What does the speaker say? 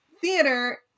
theater